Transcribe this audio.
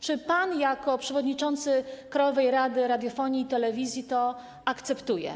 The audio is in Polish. Czy pan jako przewodniczący Krajowej Rady Radiofonii i Telewizji to akceptuje?